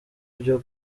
byo